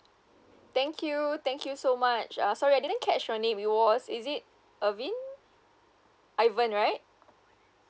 thank you thank you so much uh sorry I didn't catch your name you was is it alvin ivan right